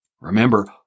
Remember